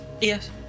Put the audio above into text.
Yes